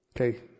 Okay